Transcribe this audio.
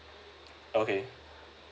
okay